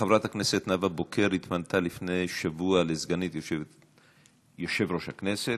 חברת הכנסת נאוה בוקר התמנתה לפני שבוע לסגנית יושב-ראש הכנסת,